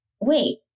wait